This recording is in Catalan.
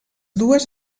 dues